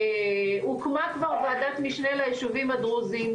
הוקמה כבר ועדת משנה ליישובים הדרוזיים,